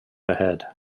ahead